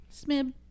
Smib